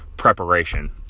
preparation